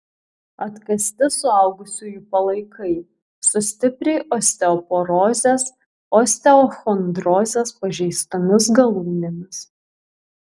atkasti suaugusiųjų palaikai su stipriai osteoporozės osteochondrozės pažeistomis galūnėmis